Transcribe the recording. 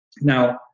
Now